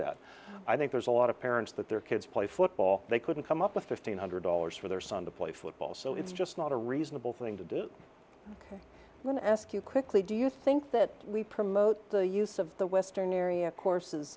that i think there's a lot of parents that their kids play football they couldn't come up with fifteen hundred dollars for their son to play football so it's just not a reasonable thing to do i want to ask you quickly do you think that we promote the use of the western area courses